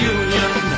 union